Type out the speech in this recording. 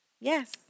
yes